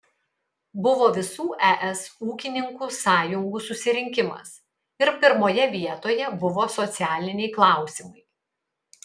buvo visų es ūkininkų sąjungų susirinkimas ir pirmoje vietoje buvo socialiniai klausimai